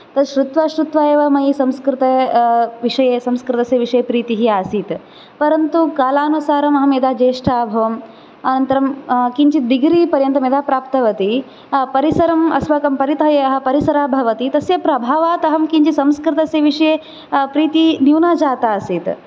तत् श्रुत्वा श्रुत्वा एव मयि संस्कृते विषये संस्कृतस्य विषये प्रीतिः आसीत् परन्तु कालानुसारम् अहं यदा ज्येष्ठा अभवम् अनन्तरं किञ्चित् डिग्रि पर्यन्तं यदा प्राप्तवती परिसरम् अस्माकं परितः यः परिसरः भवति तस्य प्रभावात् अहं किञ्चित् संस्कृतस्य विषये प्रीतिः न्यूना जाता आसीत्